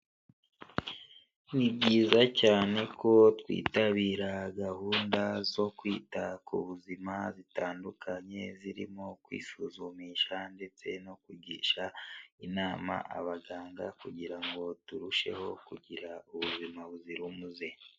Ni byiza cyane ko twitabira gahunda zo kwita ku buzima zitandukanye zirimo kwisuzumisha ndetse no kugisha inama abaganga kugira ngo turusheho kugira ubuzima buzira umuze.